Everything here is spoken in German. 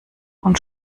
und